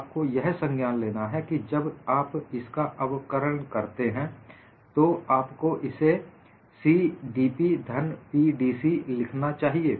आपको यह संज्ञान लेना है कि जब आप इसका अवकलन करते हैं तो आपको इसे CdP धन PdC लिखना चाहिए